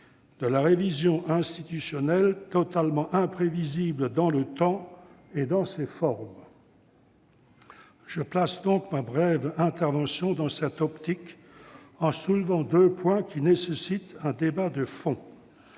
d'une révision institutionnelle totalement imprévisible dans le temps et dans ses formes. Je place ma brève intervention dans cette optique, en soulevant deux points qui nécessitent un débat de fond.